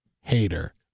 hater